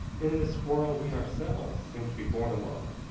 in this whirl we ourselves seemed to be borne along.